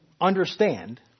understand